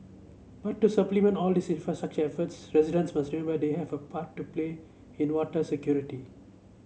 but to supplement all these infrastructure efforts residents must remember they have a part to play in water security